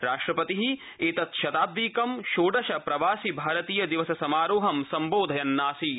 राष्ट्रपति एतत्क्रमिकं षोडश प्रवासि भारतीय दिवस समारोह सम्बोधयन्नासीत्